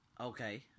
Okay